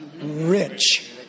Rich